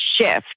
shift